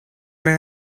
may